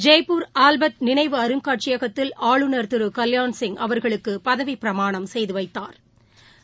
Jaipur Albert நினைவு அருங்காட்சியகத்தில் ஆளுநர் திரு கல்யாண்சிங் அவர்களுக்கு பதவிப் பிரமாணம் செய்து வைத்தாா்